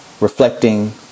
reflecting